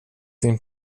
din